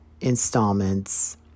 installments